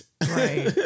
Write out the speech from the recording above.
Right